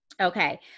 Okay